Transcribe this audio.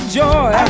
joy